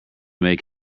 make